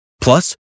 Plus